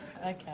Okay